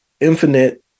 infinite